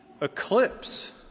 eclipse